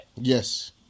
Yes